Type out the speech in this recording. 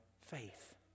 faith